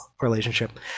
relationship